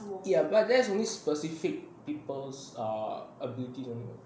ya but there's only specific people's uh ability only [what]